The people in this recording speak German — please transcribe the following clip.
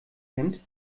kämmt